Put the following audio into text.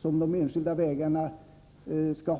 till de enskilda vägarna bör ha.